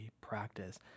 practice